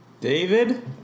David